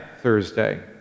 Thursday